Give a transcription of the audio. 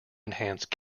enhance